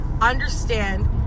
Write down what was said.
understand